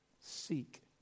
seek